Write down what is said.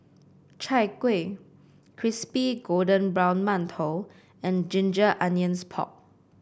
Chai Kueh Crispy Golden Brown Mantou and Ginger Onions Pork